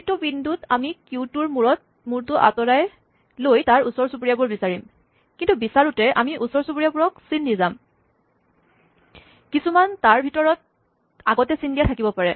প্ৰতিটো বিন্দুত আমি কিউটোৰ মূৰটো আতঁৰাই লৈ তাৰ চুবুৰীয়াবোৰ বিচাৰিম কিন্তু বিচাৰোতে আমি চুবুৰীয়াবোৰক চিন দি যাম কিছুমান তাৰ ভিতৰত আগতে চিন দিয়া থাকিব পাৰে